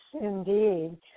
indeed